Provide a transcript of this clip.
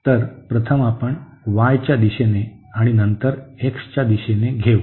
तर प्रथम आपण y च्या दिशेने आणि नंतर x च्या दिशेने घेऊ